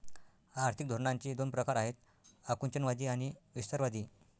आर्थिक धोरणांचे दोन प्रकार आहेत आकुंचनवादी आणि विस्तारवादी